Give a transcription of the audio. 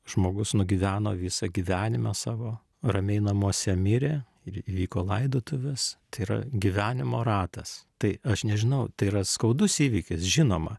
žmogus nugyveno visą gyvenimą savo ramiai namuose mirė ir įvyko laidotuvės tai yra gyvenimo ratas tai aš nežinau tai yra skaudus įvykis žinoma